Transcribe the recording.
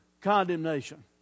condemnation